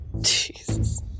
Jesus